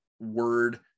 word